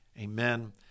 amen